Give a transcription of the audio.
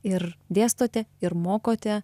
ir dėstote ir mokote